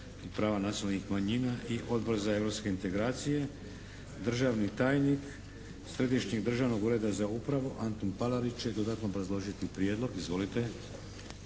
i prava nacionalnih manjina i Odbor za europske integracije. Državni tajnik Središnjeg državnog ureda za upravu Antun Palarić će dodatno obrazložiti prijedlog. Izvolite.